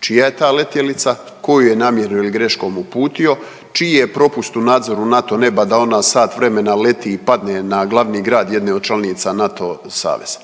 čija je ta letjelica, koju je namjerno ili greškom uputio, čiji je propust u nadzoru NATO neba da ona sat vremena leti i padne na glavni grad jedne od članica NATO saveza